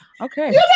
Okay